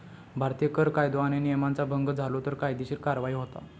भारतीत कर कायदो आणि नियमांचा भंग झालो तर कायदेशीर कार्यवाही होता